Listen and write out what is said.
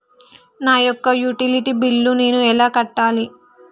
నా యొక్క utility bill నేను ఎలా కట్టాలి?